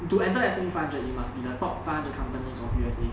to enter as S&P five hundred you must be the top five hundred companies of U_S_A